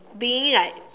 being like